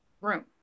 room